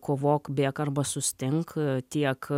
kovok bėk arba sustink tiek